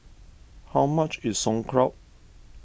how much is Sauerkraut